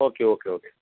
okay okay okay